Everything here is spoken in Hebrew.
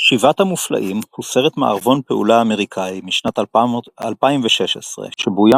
שבעת המופלאים הוא סרט מערבון-פעולה אמריקאי משנת 2016 שבוים